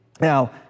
Now